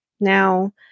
Now